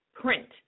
print